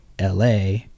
LA